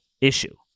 issue